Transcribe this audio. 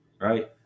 right